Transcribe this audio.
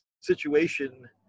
situation